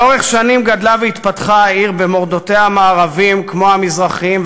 לאורך שנים גדלה והתפתחה העיר במורדותיה המערביים והמזרחיים,